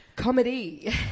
comedy